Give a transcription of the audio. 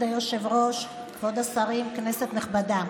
כבוד היושב-ראש, כבוד השרים, כנסת נכבדה,